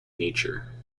nature